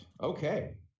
okay